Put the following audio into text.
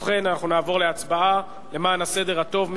ובכן, אנחנו נעבור להצבעה למען הסדר הטוב.